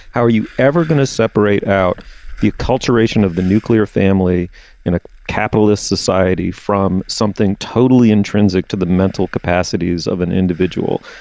how are you ever going to separate out the acculturation of the nuclear family in a capitalist society from something totally intrinsic to the mental capacities of an individual.